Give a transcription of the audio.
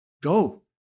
go